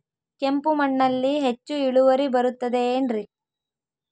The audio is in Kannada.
ಕೆಂಪು ಮಣ್ಣಲ್ಲಿ ಹೆಚ್ಚು ಇಳುವರಿ ಬರುತ್ತದೆ ಏನ್ರಿ?